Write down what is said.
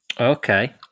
okay